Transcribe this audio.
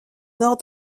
nord